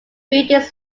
buildings